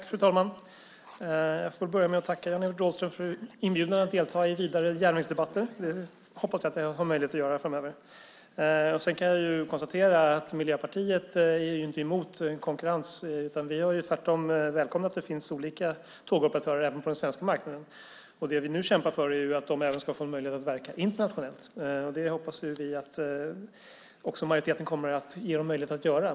Fru talman! Låt mig börja med att tacka Jan-Evert Rådhström för inbjudan att delta i vidare järnvägsdebatter. Det hoppas jag att jag har möjlighet att göra framöver. Miljöpartiet är inte emot en konkurrens. Vi har tvärtom välkomnat att det finns olika tågoperatörer även på den svenska marknaden. Nu kämpar vi för att de även ska få en möjlighet att verka internationellt, och det hoppas vi att majoriteten också kommer att ge dem möjlighet att göra.